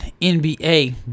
NBA